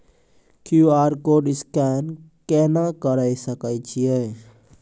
QR code scan केना करै सकय छियै?